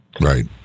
Right